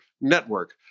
network